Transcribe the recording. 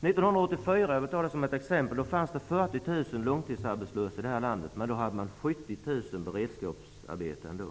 1984, om vi tar det som exempel, fanns det 40 000 långtidsarbetslösa i landet. Men då fanns det 70 000 beredskapsarbeten.